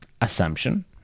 Assumption